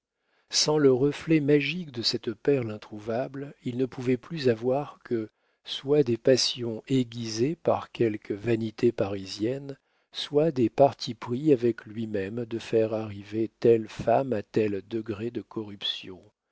sans le reflet magique de cette perle introuvable il ne pouvait plus avoir que soit des passions aiguisées par quelque vanité parisienne soit des partis pris avec lui-même de faire arriver telle femme à tel degré de corruption